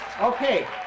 Okay